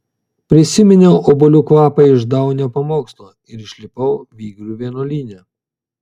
prisiminiau obuolių kvapą iš daunio pamokslo ir išlipau vygrių vienuolyne